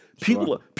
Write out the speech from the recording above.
People